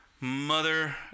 Mother